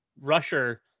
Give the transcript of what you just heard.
rusher